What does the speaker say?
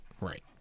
Right